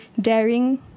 daring